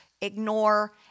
ignore